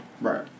Right